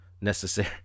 Necessary